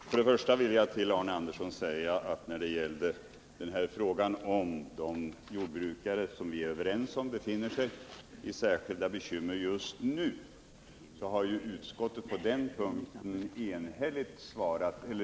Herr talman! För det första vill jag till Arne Andersson i Ljung säga att när det gällde frågan om de jordbrukare som vi är överens om befinner sig i särskilda bekymmer just nu har utskottet enhälligt uttalat sig.